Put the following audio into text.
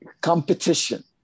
competition